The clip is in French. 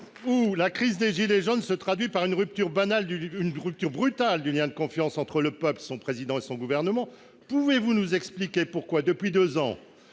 la crise des « gilets jaunes » se traduit par une rupture brutale du lien de confiance entre le peuple, le Président et son gouvernement, pouvez-vous nous expliquer pourquoi, depuis deux ans,